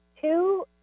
two